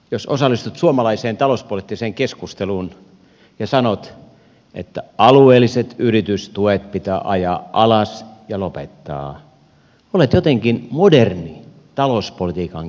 jos osallistut suomalaiseen talouspoliittiseen keskusteluun ja sanot että alueelliset yritystuet pitää ajaa alas ja lopettaa olet jotenkin moderni talouspolitiikan keskustelija